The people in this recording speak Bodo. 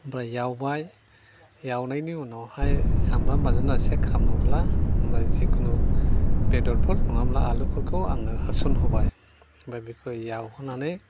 ओमफ्राय एवबाय एवनायनि उनावहाय सामब्राम बानलुआ एसे खामोब्ला जिखुनु बेदरफोर नङाब्ला आलुफोरखौ आङो होसन होबाय ओमफ्राय बेखौ एवहोनानै